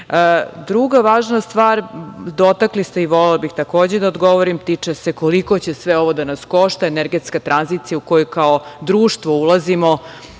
prava. Druga važna stvar, dotakli ste i volela bih takođe da odgovorim, tiče se koliko će sve ovo da nas košta, energetska tranzicija u koju kao društvo je